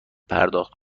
پرداخت